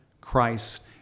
Christ